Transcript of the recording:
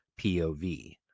POV